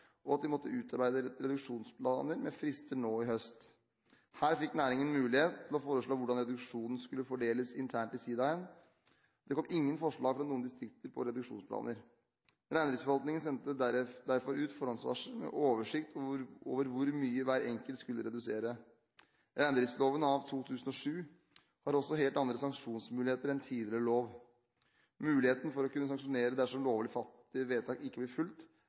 om at de måtte utarbeide reduksjonsplaner, med frister nå i høst. Her fikk næringen mulighet til å foreslå hvordan reduksjonen skulle fordeles internt i siidaen. Det kom ingen forslag fra noen distrikter på reduksjonsplaner. Reindriftsforvaltningen sendte derfor ut forhåndsvarsel med oversikt over hvor mye hver enkelt skulle redusere. Reindriftsloven av 2007 har også helt andre sanksjonsmuligheter enn tidligere lov. Muligheten for å kunne sanksjonere dersom lovlig fattede vedtak ikke blir fulgt,